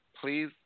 please